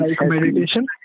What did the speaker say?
Meditation